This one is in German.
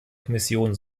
kommission